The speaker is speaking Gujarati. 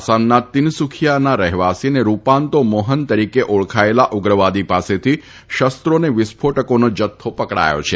આસામના તીનસુખીયાના રહેવાસી અને રૂપાંતો મોહન તરીકે ઓળખાયેલા ઉગ્રવાદી પાસેથી શસ્ત્રો અને વિસ્ફોટકોનો જથ્થો પકડાયો છે